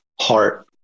Heart